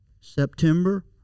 September